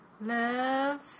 Love